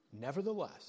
Nevertheless